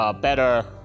better